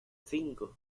cinco